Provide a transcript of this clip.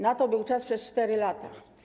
Na to był czas przez 4 lata.